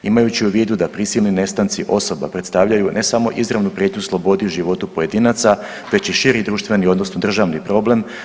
Imajući u vidu da prisilni nestanci osoba predstavljaju ne samo izravnu prijetnju slobodi, životu pojedinaca već i širi društveni, odnosno državni problem.